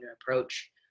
approach